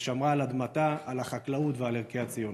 ושמרה על אדמתה, על החקלאות ועל ערכי הציוניות.